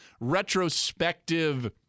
retrospective